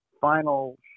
final